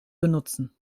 benutzen